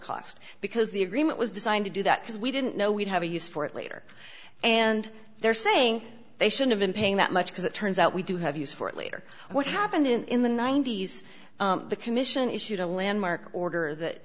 cost because the agreement was designed to do that because we didn't know we'd have a use for it later and they're saying they should have been paying that much because it turns out we do have use for it later what happened in the ninety's the commission issued a landmark order that